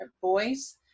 boys